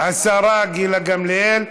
השרה גילה גמליאל,